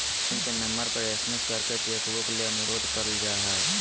bank के number पर SMS करके चेक बुक ले अनुरोध कर जा हय